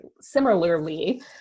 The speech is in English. similarly